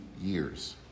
years